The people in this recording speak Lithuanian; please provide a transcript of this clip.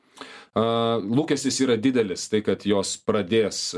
a lūkestis yra didelis tai kad jos pradės